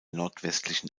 nordwestlichen